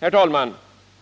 Herr talman!